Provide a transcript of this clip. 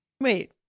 Wait